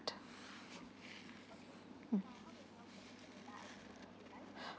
mm